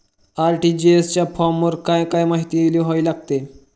RTGS च्या फॉर्मवर काय काय माहिती लिहावी लागते?